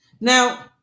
Now